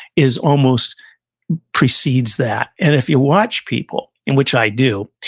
is almost precedes that. and if you watch people, in which i do,